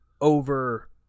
over